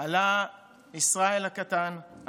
עלה ישראל הקטן,